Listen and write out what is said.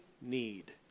need